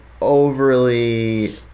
overly